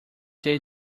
they